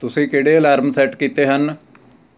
ਤੁਸੀਂ ਕਿਹੜੇ alarm set ਕੀਤੇ ਹਨ